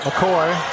McCoy